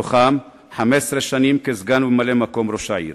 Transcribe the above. מתוכן 15 שנה כסגן וממלא-מקום ראש העיר.